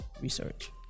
research